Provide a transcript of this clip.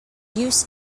use